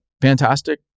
Fantastic